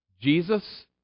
Jesus